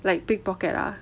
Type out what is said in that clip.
like pickpocket lah